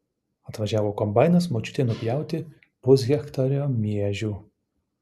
atvažiavo kombainas močiutei nupjauti pushektario miežių